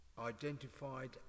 identified